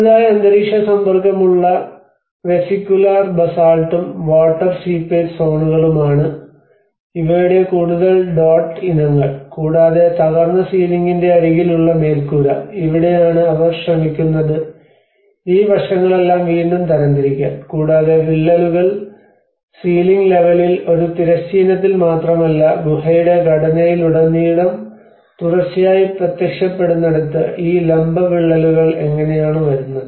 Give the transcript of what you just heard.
ചെറുതായി അന്തരീക്ഷസമ്പർക്കം ഉള്ള വെസിക്കുലാർ ബസാൾട്ടും വാട്ടർ സീപ്പേജ് സോണുകളുമാണ് ഇവയുടെ കൂടുതൽ ഡോട്ട് ഇനങ്ങൾ കൂടാതെ തകർന്ന സീലിംഗിന്റെ അരികിൽ ഉള്ള മേൽക്കൂര ഇവിടെയാണ് അവർ ശ്രമിക്കുന്നത് ഈ വശങ്ങളെല്ലാം വീണ്ടും തരംതിരിക്കാൻ കൂടാതെ വിള്ളലുകൾ സീലിംഗ് ലെവലിൽ ഒരു തിരശ്ചീനത്തിൽ മാത്രമല്ല ഗുഹയുടെ ഘടനയിലുടനീളം തുടർച്ചയായി പ്രത്യക്ഷപ്പെടുന്നിടത്ത് ഈ ലംബ വിള്ളലുകൾ എങ്ങനെയാണ് വരുന്നത്